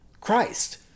Christ